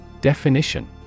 Definition